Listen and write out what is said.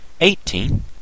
eighteen